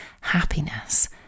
happiness